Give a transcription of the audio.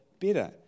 better